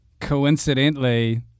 coincidentally